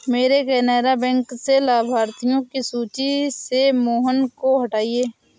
मेरे केनरा बैंक से लाभार्थियों की सूची से मोहन को हटाइए